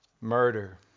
murder